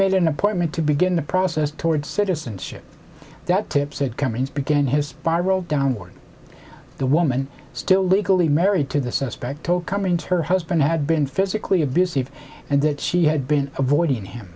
made an appointment to begin the process toward citizenship that tip said cummings began his spiral downward the woman still legally married to the suspect told coming to her husband had been physically abusive and that she had been avoiding him